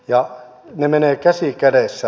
ja ne menevät käsi kädessä